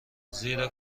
زیرا